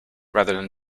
rather